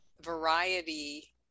variety